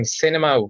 cinema